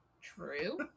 true